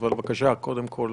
אבל, בבקשה, קודם כול אתה.